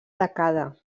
tacada